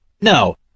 No